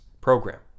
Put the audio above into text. program